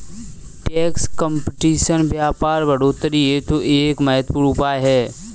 tax competition व्यापार बढ़ोतरी हेतु एक महत्वपूर्ण उपाय है